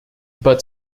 but